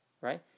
right